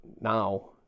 now